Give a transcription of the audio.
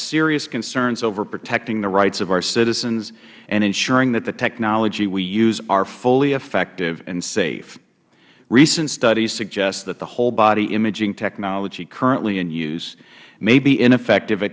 serious concerns over protecting the rights of our citizens and ensuring that the technologies we use are fully effective and safe recent studies suggest that the whole body imaging technology currently in use may be ineffective